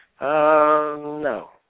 No